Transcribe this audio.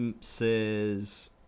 says